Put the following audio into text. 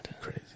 crazy